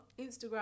Instagram